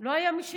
לא היה מי שיענה,